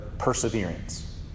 perseverance